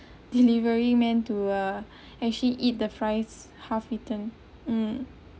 deliverymen to ah actually eat the fries half eaten mm